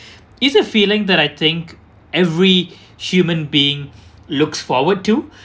it's a feeling that I think every human being looks forward to